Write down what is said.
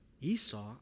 Esau